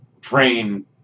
train